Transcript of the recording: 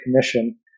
commission